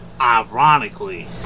Ironically